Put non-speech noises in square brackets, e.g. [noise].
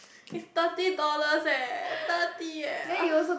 it's thirty dollars leh thirty leh [noise]